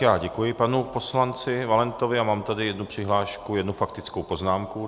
Já děkuji panu poslanci Valentovi a mám tady jednu přihlášku a jednu faktickou poznámku.